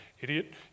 idiot